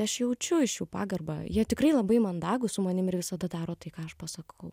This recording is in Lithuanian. aš jaučiu iš jų pagarbą jie tikrai labai mandagūs su manim ir visada daro tai ką aš pasakau